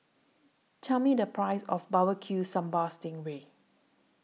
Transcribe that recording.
Tell Me The Price of Barbecue Sambal Sting Ray